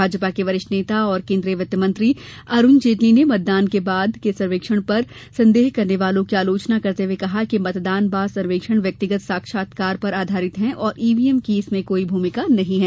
भाजपा के वरिष्ठ नेता और केन्द्रीय वित्तमंत्री अरुण जेटली ने मतदान बाद के सर्वेक्षण पर संदेह करने वालों की आलोचना करते हुए कहा है कि मतदान बाद सर्वेक्षण व्यक्तिगत साक्षात्कार पर आधारित हैं और ईवीएम की इसमें कोई भूमिका नहीं है